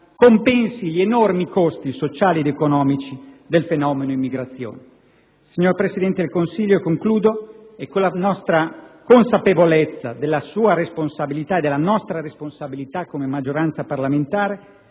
compensi gli enormi costi sociali ed economici del fenomeno immigrazione. Signor Presidente del Consiglio, è con la piena consapevolezza della sua responsabilità - e della nostra come maggioranza parlamentare